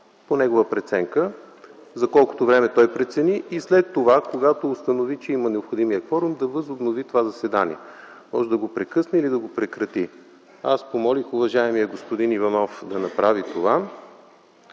по негова преценка, за колкото време той прецени, и след това, когато установи, че има необходимият кворум, да възобнови това заседание – може да го прекъсне или да го прекрати. Аз помолих уважаемия господин Иванов да направи това,